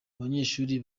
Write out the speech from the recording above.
abanyeshuri